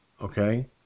Okay